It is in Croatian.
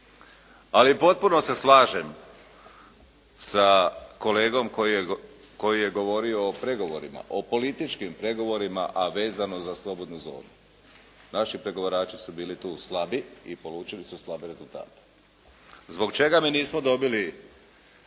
Ali potpuno se slažem sa kolegom koji je govorio o pregovorima, o političkim pregovorima, a vezano za slobodnu zonu. Naši pregovarači su bili tu slabi i polučili su slabe rezultate. Zbog čega mi nismo dobili